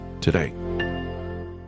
Today